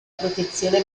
protezione